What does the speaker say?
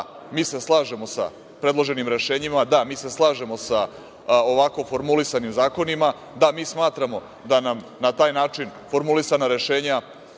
mi se slažemo sa predloženim rešenjima, da, mi se slažemo sa ovako formulisanim zakonima, da, mi smatramo da nam na taj način formulisana rešenja